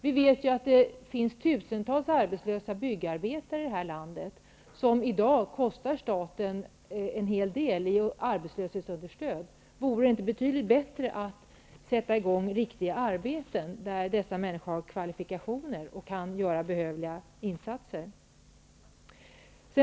Vi vet ju att det finns tusentals arbetslösa byggarbetare i landet som i dag kostar staten en hel del i arbetslöshetsunderstöd. Vore det inte betydligt bättre att sätta i gång riktiga arbeten där människor med dessa kvalifikationer kan göra behövliga insatser?